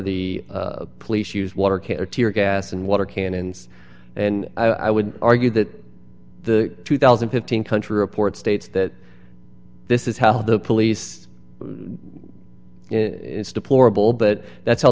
the police use water care tear gas and water cannons and i would argue that the two thousand and fifteen country report states that this is how the police deplorable but that's how